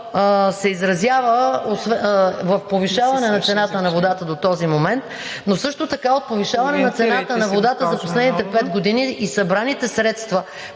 се изразява в повишаване на цената на водата до този момент, но също така от повишаването на цената на водата за последните пет години...